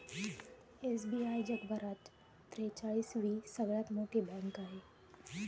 SBI जगभरात त्रेचाळीस वी सगळ्यात मोठी बँक आहे